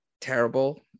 terrible